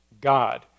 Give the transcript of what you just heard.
God